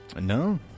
No